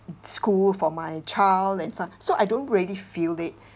school for my child and son so I don't really feel it